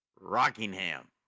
Rockingham